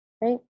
right